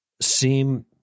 seem